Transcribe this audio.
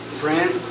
friend